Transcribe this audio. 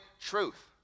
truth